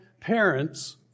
parents